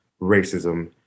racism